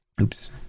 oops